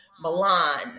Milan